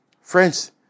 Friends